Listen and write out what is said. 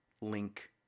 link